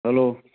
hello